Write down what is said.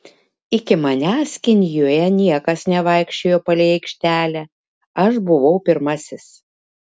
iki manęs kinijoje niekas nevaikščiojo palei aikštelę aš buvau pirmasis